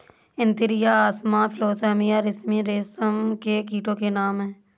Antheraea असामा फिलोसामिया रिसिनी रेशम के कीटो के नाम हैं